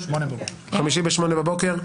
יום חמישי ב-8:00 בבוקר.